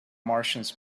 martians